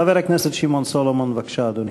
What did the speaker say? חבר הכנסת שמעון סולומון, בבקשה, אדוני.